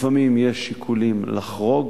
לפעמים יש שיקולים לחרוג,